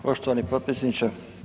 Poštovani potpredsjedniče.